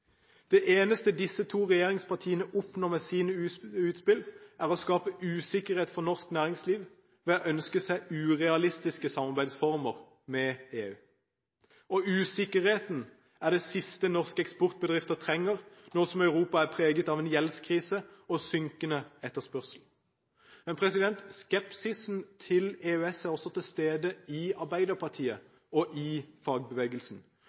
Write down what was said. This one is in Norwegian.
Det eneste disse to regjeringspartiene oppnår med sine utspill, er å skape usikkerhet for norsk næringsliv ved å ønske seg urealistiske samarbeidsformer med EU. Og usikkerhet er det siste norske eksportbedrifter trenger nå som Europa er preget av gjeldskrise og synkende etterspørsel. Men skepsisen til EØS er til stede også i Arbeiderpartiet og i fagbevegelsen.